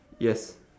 yes